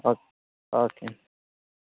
okay okay అండీ